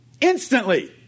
instantly